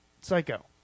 Psycho